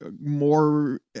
more